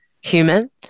human